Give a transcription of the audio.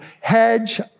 hedge